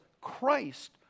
Christ